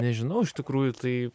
nežinau iš tikrųjų tai